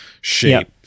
shape